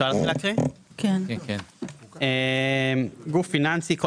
6.פטור ממס לריבית לגוף פיננסי זר בסעיף זה - "גוף פיננסי" כל